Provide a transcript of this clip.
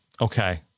Okay